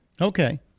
okay